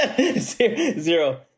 Zero